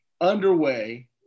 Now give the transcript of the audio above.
underway